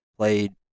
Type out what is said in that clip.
Played